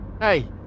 Hey